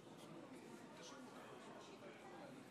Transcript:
48 נגד.